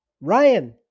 Ryan